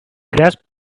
grasped